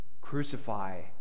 crucify